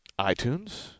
iTunes